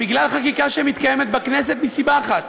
בגלל חקיקה שמתקיימת בכנסת מסיבה אחת: